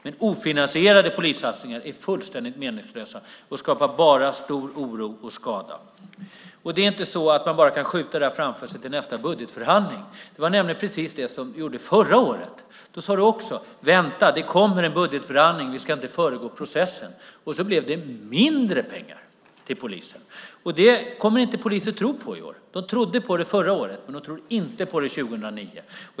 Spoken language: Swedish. Men ofinansierade polissatsningar är fullständigt meningslösa och skapar bara stor oro och skada. Man kan inte bara skjuta det framför sig till nästa budgetförhandling. Det var nämligen det som gjordes förra året. Då sade du: Vänta, det kommer en budgetförhandling, och vi ska inte föregripa processen. Så blev det mindre pengar till polisen. Det kommer inte polisen att tro på i år. De trodde på det förra året men inte nu 2009.